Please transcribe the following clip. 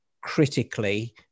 critically